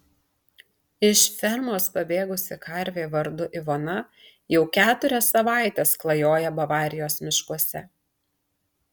iš fermos pabėgusi karvė vardu ivona jau keturias savaites klajoja bavarijos miškuose